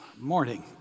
morning